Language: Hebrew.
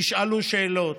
נשאלו שאלות,